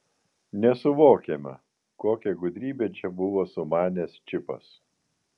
nesuvokiama kokią gudrybę čia buvo sumanęs čipas